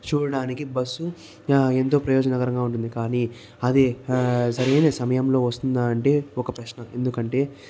చూడడానికి బస్సు ఎంతో ప్రయోజనకరంగా ఉంటుంది కానీ అది సరైన సమయంలో వస్తుందా అంటే ఒక ప్రశ్న ఎందుకంటే